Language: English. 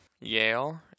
Yale